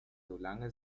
solange